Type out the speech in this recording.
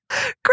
Great